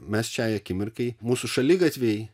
mes šiai akimirkai mūsų šaligatviai